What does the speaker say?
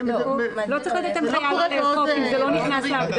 לא צריך לתת הנחיה לא לאכוף אם זה לא נכנס להגדרה.